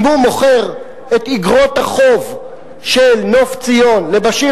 אם הוא מוכר את איגרות החוב של "נוף ציון" לבאשיר